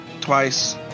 twice